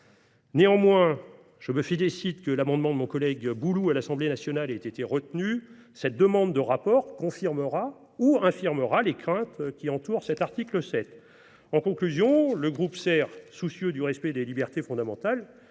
Néanmoins, je me félicite que l’amendement de mon collègue Bouloux à l’Assemblée nationale ait été retenu : cette demande de rapport confirmera ou infirmera les craintes qui entourent l’article 7. En conclusion, le groupe Socialiste, Écologiste et Républicain, soucieux du respect des libertés fondamentales,